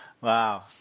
Wow